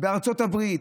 בארצות הברית,